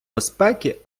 безпеки